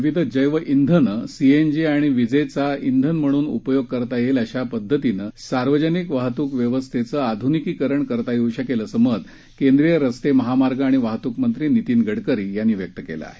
विविध जैवश्वेनं सीएनजी आणि विजेचा श्वेन म्हणून उपयोग करता येईल अशा पद्धतीनं सार्वजनिक वाहतूक व्यवस्थेचं आधुनिकीकरण करता येऊ शकेल असं मत केंद्रीय रस्ते महामार्ग आणि वाहतूक मंत्री नितीन गडकरी यांनी व्यक्त केलं आहे